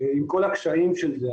עם כל הקשיים של זה.